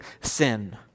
sin